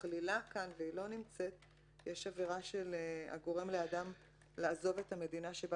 מכלילה כאן 376ב "הגורם לאדם לעזוב את המדינה שבה